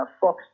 Fox